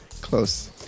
Close